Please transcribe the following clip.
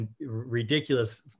ridiculous